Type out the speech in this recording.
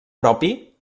propi